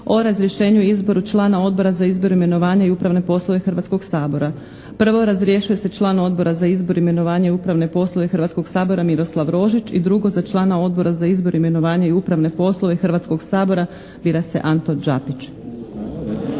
o razrješenju i izboru člana Odbora za izbor, imenovanja i upravne poslove Hrvatskog sabora. Prvo, razrješuje se član Odbora za izbor, imenovanje i upravne poslove Hrvatskoga sabora Miroslav Rožić. I drugo, za člana Odbora za izbor, imenovanje i upravne poslove Hrvatskoga sabora bira se Anto Đapić.